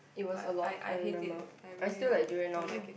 it was a lot I remember I still like durian now though